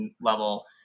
level